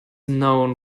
known